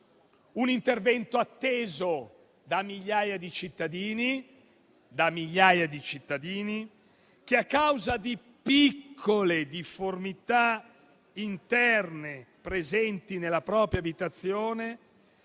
un intervento atteso da migliaia di cittadini - lo sottolineo - che, a causa di piccole difformità interne presenti nella propria abitazione